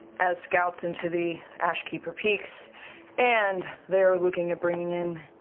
as scouts into the ashkeeper peaks and they're looking at bringing in